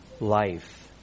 life